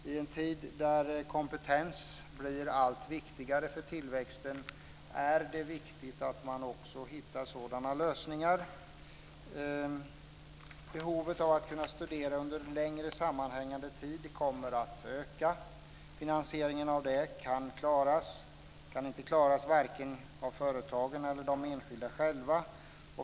I en tid när kompetens blir allt viktigare för tillväxten är det viktigt att man också hittar sådana lösningar. Behovet av att kunna studera under en längre sammanhängande tid kommer att öka. Finansieringen av det kan varken klaras av företagen eller de enskilda själva.